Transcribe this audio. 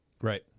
Right